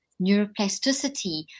Neuroplasticity